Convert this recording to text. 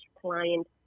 client